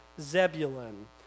Zebulun